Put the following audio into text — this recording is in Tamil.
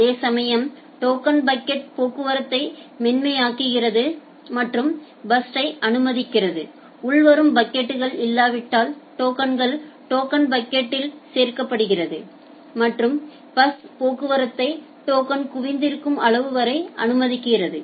அதேசமயம் டோக்கன் பக்கெட் போக்குவரத்தை மென்மையாக்குகிறது மற்றும் பர்ஸ்ட்யை அனுமதிக்கிறது உள்வரும் பாக்கெட்கள் இல்லாவிட்டால் டோக்கன்கள் டோக்கன் பக்கெட்யில் சேர்க்கப்படுகிறது மற்றும் பஸ் போக்குவரத்து டோக்கன் குவிந்திருக்கும் அளவு வரை அனுமதிக்கப்படுகிறது